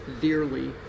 dearly